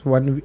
One